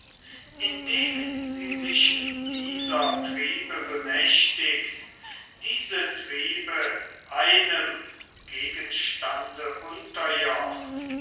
indem sie sich dieser triebe bemächtigt diese triebe einem gegenstande unterjocht